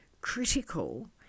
critical